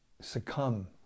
succumb